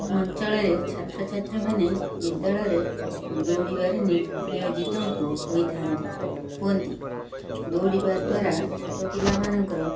ଆମ ଅଞ୍ଚଳରେ ଛାତ୍ରଛାତ୍ରୀମାନେ ବିଦ୍ୟାଳୟରେ ଦୌଡ଼ିବାରେ ନିୟୋଜିତ ହୋଇଥାନ୍ତି ହୁଅନ୍ତି ଦୌଡ଼ିବା ଦ୍ୱାରା ଛୋଟ ପିଲାମାନଙ୍କର